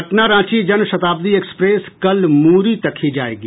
Patna Ranchi Janshatabdi express कल मूरी तक ही जायेगी